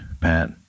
Pat